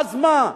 אז מה?